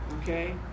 Okay